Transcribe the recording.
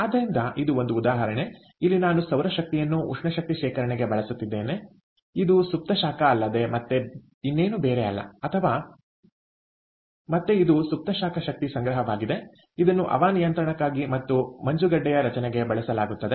ಆದ್ದರಿಂದ ಇದು ಒಂದು ಉದಾಹರಣೆ ಇಲ್ಲಿ ನಾನು ಸೌರಶಕ್ತಿಯನ್ನು ಉಷ್ಣ ಶಕ್ತಿ ಶೇಖರಣೆಗೆ ಬಳಸುತ್ತಿದ್ದೇನೆ ಇದು ಸುಪ್ತ ಶಾಖ ಅಲ್ಲದೆ ಮತ್ತೆ ಇನ್ನೇನು ಬೇರೆ ಅಲ್ಲ ಅಥವಾ ಮತ್ತೆ ಇದು ಸುಪ್ತ ಶಾಖ ಶಕ್ತಿ ಸಂಗ್ರಹವಾಗಿದೆ ಇದನ್ನು ಹವಾ ನಿಯಂತ್ರಣಕ್ಕಾಗಿ ಮತ್ತು ಮಂಜುಗಡ್ಡೆಯ ರಚನೆಗೆ ಬಳಸಲಾಗುತ್ತದೆ